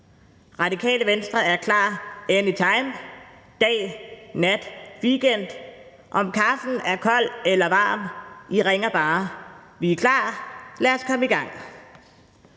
Radikale Venstre er klar anytime, dag, nat, weekend. Om kaffen er kold eller varm, I ringer bare. Vi er klar; lad os komme i gang!